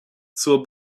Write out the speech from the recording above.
zur